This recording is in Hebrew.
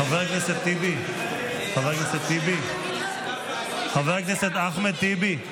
חבר הכנסת טיבי, חבר הכנסת אחמד טיבי,